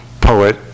poet